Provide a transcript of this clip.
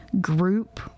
group